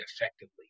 effectively